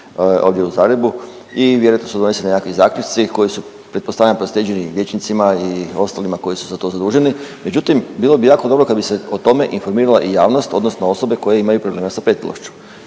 ovdje u Zagrebu i vjerojatno su doneseni nekakvi zaključci koji su pretpostavljam proslijeđeni liječnicima i ostalima koji su za to zaduženi. Međutim, bilo bi jako dobro kad bi se o tom informirala i javnost odnosno osobe koje imaju problema s pretilošću.